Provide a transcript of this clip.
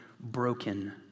broken